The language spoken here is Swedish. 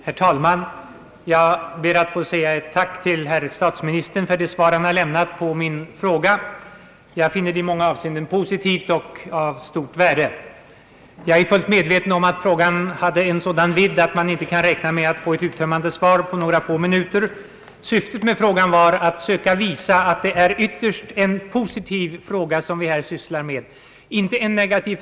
Herr talman! Jag ber att få säga ett tack till herr statsministern för det svar han lämnat på min fråga. Jag finner det i många avseenden positivt och av stort värde. Jag är fullt medveten om att frågan hade en sådan vidd, att man inte kan räkna med att få ett uttömmande svar på några få minuter. Syftet med frågan var att söka visa att det ytterst är en positiv fråga som vi här sysslar med — inte en negativ.